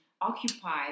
occupied